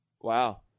Wow